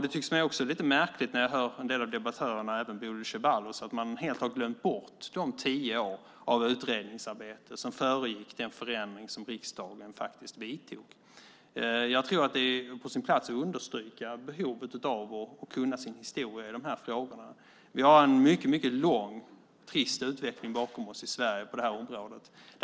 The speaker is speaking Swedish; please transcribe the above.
Det verkar också lite märkligt att en del av debattörerna, även Bodil Ceballos, helt har glömt bort de tio år av utredningsarbete som föregick den förändring som riksdagen faktiskt vidtog. Det är på sin plats att understryka behovet av att kunna sin historia i de här frågorna. Vi har en mycket lång och trist utveckling bakom oss i Sverige på det här området.